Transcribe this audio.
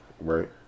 right